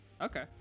Okay